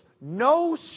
no